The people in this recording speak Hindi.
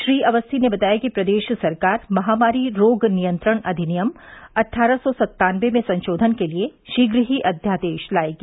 श्री अवस्थी ने बताया कि प्रदेश सरकार महामारी रोग नियंत्रण अधिनियम अट्ठारह सौ सत्तानबे में संशोधन के लिये शीघ्र ही अध्यादेश लायेगी